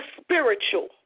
spiritual